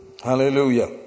Hallelujah